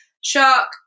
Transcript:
shark